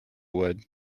would